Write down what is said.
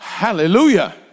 Hallelujah